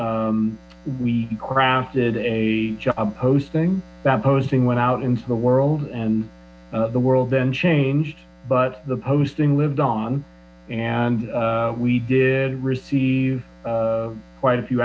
we crafted a job posting that posting went out into the world and the world then changed but the posting lived on and we did receive quite a few